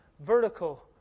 vertical